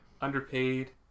Underpaid